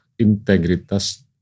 integritas